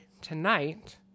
tonight